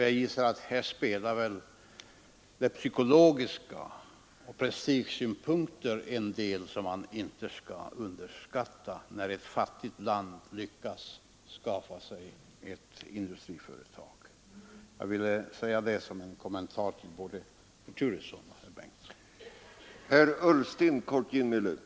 Jag gissar att psykologiska och prestigemässiga synpunkter spelar en viss roll, som inte skall underskattas, när ett fattigt land lyckas skaffa sig ett industriföretag. Jag vill säga det som en kommentar både till herr Turesson och till herr Bengtson.